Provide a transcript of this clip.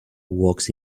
walks